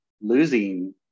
losing